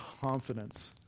confidence